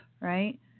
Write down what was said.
right